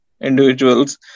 individuals